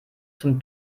zum